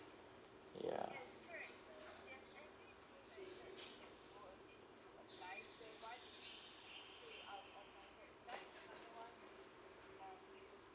yeah